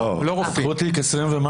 פתחו תיק מעל 20,000,